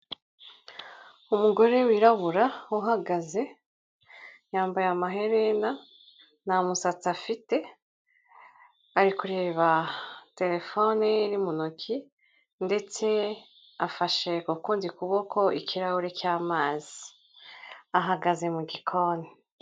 Umugore wirabura uhagaze, yambaye amaherena, nta musatsi afite, ari kureba terefone ye iri mu ntoki ndetse afashe ukundi kuboko ikirahure cy'amazi, ahagaze mu gikoni.